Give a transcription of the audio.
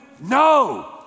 No